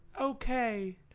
okay